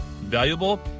valuable